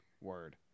word